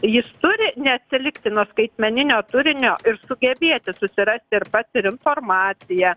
jis turi neatsilikti nuo skaitmeninio turinio ir sugebėsi susirasti ir pats ir informaciją